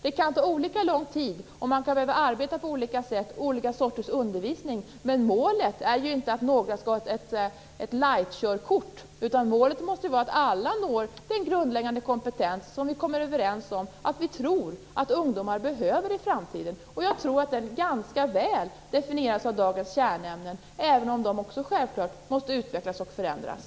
Det kan ta olika lång tid, och man kan behöva arbeta med olika sorters undervisning, men målet är ju inte att någon skall ha ett light-körkort. Målet måste ju vara att alla når den grundläggande kompetens som vi kommer överens om att vi tror att ungdomar behöver i framtiden. Jag tror att den ganska väl definieras av dagens kärnämnen, även om också de självklart måste utvecklas och förändras.